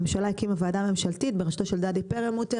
הממשלה הקימה ועדה ממשלתית בראשותו של דדי פרלמוטר